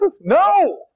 No